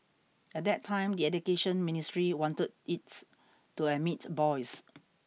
at that time the Education Ministry wanted it to admit boys